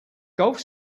golf